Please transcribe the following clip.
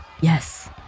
Yes